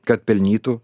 kad pelnytų